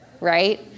right